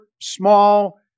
small